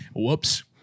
Whoops